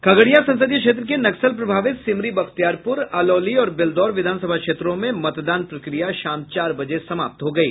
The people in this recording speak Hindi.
खगड़िया संसदीय क्षेत्र के नक्सल प्रभावित सिमरी बख्तियारपुर अलौली और बेलदौर विधानसभा क्षेत्रों में मतदान प्रक्रिया शाम चार बजे समाप्त हो गयी